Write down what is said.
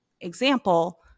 example